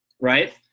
right